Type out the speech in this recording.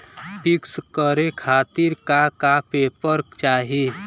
पिक्कस करे खातिर का का पेपर चाही?